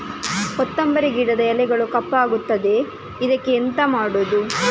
ಕೊತ್ತಂಬರಿ ಗಿಡದ ಎಲೆಗಳು ಕಪ್ಪಗುತ್ತದೆ, ಇದಕ್ಕೆ ಎಂತ ಮಾಡೋದು?